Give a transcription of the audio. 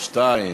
(תיקון מס' 22)